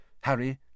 Harry